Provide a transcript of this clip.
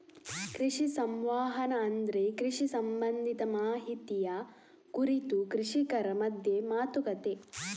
ಕೃಷಿ ಸಂವಹನ ಅಂದ್ರೆ ಕೃಷಿ ಸಂಬಂಧಿತ ಮಾಹಿತಿಯ ಕುರಿತು ಕೃಷಿಕರ ಮಧ್ಯ ಮಾತುಕತೆ